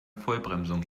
vollbremsung